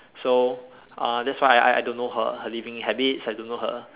so uh that's why I I I don't know her her living habits I don't know her